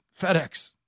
FedEx